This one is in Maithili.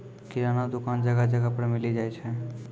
किराना दुकान जगह जगह पर मिली जाय छै